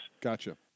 Gotcha